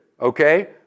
okay